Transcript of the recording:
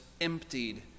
emptied